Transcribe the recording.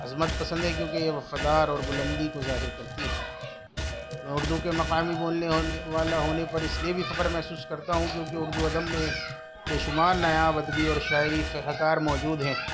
عظمت پسند ہے کیونکہ یہ وفادار اور بلندی کو ظاہر کرتی ہے میں اردو کے مقامی بولنے والا ہونے پر اس لیے بھی فخر محسوس کرتا ہوں کیونکہ اردو ادب میں بے شمار نایاب ادبی شعری شاہکار موجود ہیں